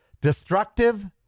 destructive